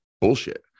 bullshit